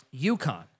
UConn